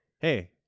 Hey